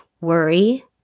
worry